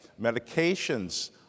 Medications